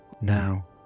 Now